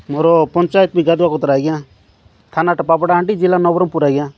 ମୋର ପଞ୍ଚାୟତ ବି ଗାଧବାକତରା ଆଜ୍ଞା ଥାନାଟା ପାପଡ଼ାହାଣ୍ଡି ଜିଲ୍ଲା ନବରଙ୍ଗପୁର ଆଜ୍ଞା